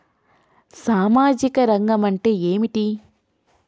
సామాజిక రంగం అంటే ఏమిటి?